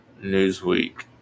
Newsweek